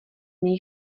něj